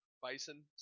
Bison